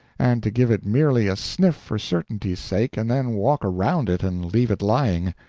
and to give it merely a sniff for certainty's sake and then walk around it and leave it lying.